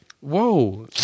Whoa